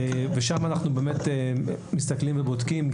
שם אנחנו באמת מסתכלים ובודקים.